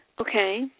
Okay